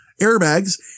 airbags